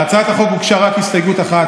להצעת החוק הוגשה רק הסתייגות אחת,